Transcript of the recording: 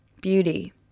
Beauty